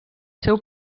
seu